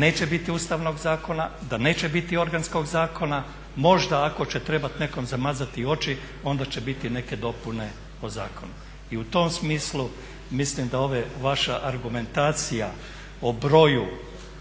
neće biti ustavnog zakona, da neće biti organskog zakona, možda ako će trebati nekome zamazati oči onda će biti neke dopune u zakonu. I u tom smislu mislim da ova vaša argumentacija o broju,